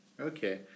Okay